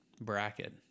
bracket